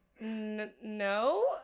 no